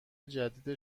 جدید